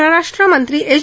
परराष्ट्रमंत्री एस